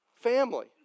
family